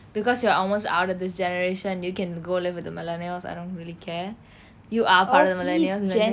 because you are almost out of this generation you can go live with the millennials I don't really care you are part of the millennials